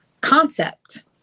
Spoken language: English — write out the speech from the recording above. concept